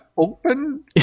open